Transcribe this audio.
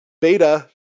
beta